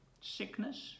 sickness